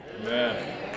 Amen